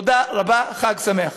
תודה רבה, חג שמח.